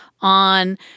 on